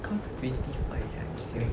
kau twenty five sia this year